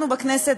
אנחנו בכנסת,